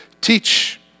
teach